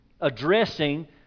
addressing